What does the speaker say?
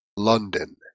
London